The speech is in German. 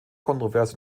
kontrovers